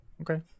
Okay